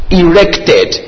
erected